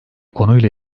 konuyla